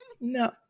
No